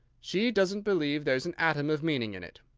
she doesn't believe there's an atom of meaning in it,